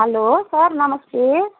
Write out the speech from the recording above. hello sir नमस्ते